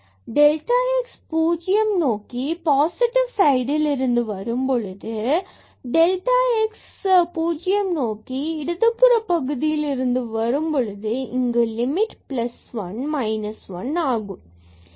delta x 0 நோக்கி positive positive sideபகுதியிலிருந்து வரும் பொழுது மற்றும் delta x பூஜ்ஜியம் நோக்கி இடது புற பகுதியிலிருந்து வரும் பொழுது இங்கு லிமிட் plus 1 or minus 1ஆகும்